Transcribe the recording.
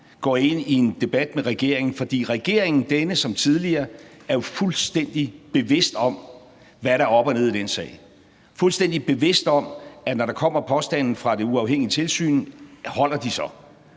går ind i en debat med regeringen. For regeringen – denne som tidligere – er jo fuldstændig bevidst om, hvad der er op og ned i den sag, fuldstændig bevidst om, at når der kommer påstande fra det uafhængige tilsyn, holder de så?